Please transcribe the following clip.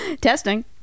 testing